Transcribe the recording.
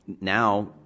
Now